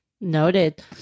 Noted